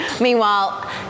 Meanwhile